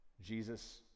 Jesus